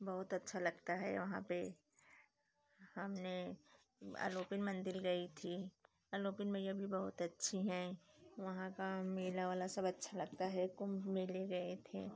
बहुत अच्छा लगता है वहाँ पर हमने अलोपी मंदिर गई थी अलोपी मैया भी बहुत अच्छी हैं वहाँ का मेला वाला सब अच्छा लगता है कुम्भ मेले गए थे